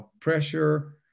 pressure